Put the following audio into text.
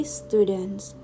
students